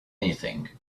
anything